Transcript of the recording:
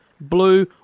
Blue